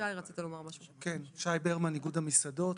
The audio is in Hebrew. איגוד המסעדות.